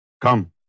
Come